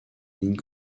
lignes